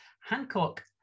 Hancock